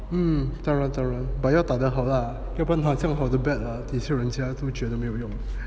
hmm 当然当然 but 要打得好啦要不然的话这样好的 bat 等一下人家都觉得没有用